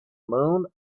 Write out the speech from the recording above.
moon